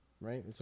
right